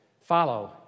follow